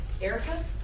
Erica